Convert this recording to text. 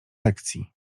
lekcji